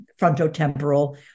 frontotemporal